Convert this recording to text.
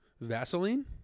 Vaseline